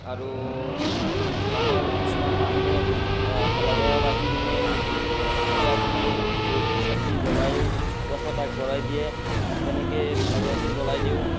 আৰু ডাঙৰ কিছুমান মানুহে ভেলাঘৰত আহি কিনে মিটিং কিবাকিবি ধূপ চাতি জ্বলাই প্ৰসাদ আগবঢ়াই দিয়ে তেনেকৈ ভেলাঘৰতো জ্বলাই দিওঁ